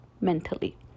mentally